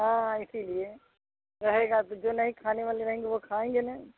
हाँ इसीलिए रहेगा तो जो नहीं खाने वाले रहेंगे वह खाएँगे ना